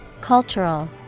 Cultural